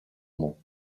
mots